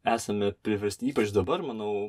esame priversti ypač dabar manau